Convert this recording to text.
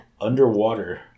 Underwater